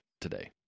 today